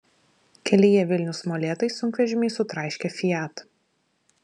kelyje vilnius molėtai sunkvežimiai sutraiškė fiat